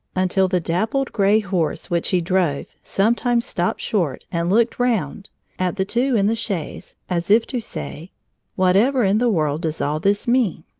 until the dappled gray horse which he drove sometimes stopped short and looked round at the two in the chaise as if to say whatever in the world does all this mean?